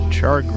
Char